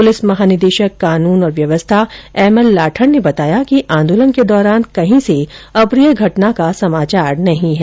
police महानिदेषक कानून और व्यवस्था एम एल लाठर ने बताया कि आंदोलन के दौरान कहीं से अप्रिय घटना का कोई समाचार नहीं है